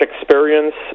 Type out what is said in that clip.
experience